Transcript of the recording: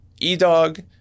E-Dog